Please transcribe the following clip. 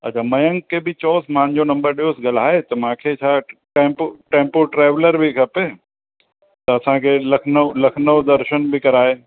अच्छा मयंक खे बि चओसि मुंहिंजो नम्बर ॾियोसि ॻाल्हाए त मूंखे छा टैम्पो टैम्पो ट्रैविलर बि खपे त असांखे लखनऊ लखनऊ दर्शन बि कराए